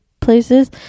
places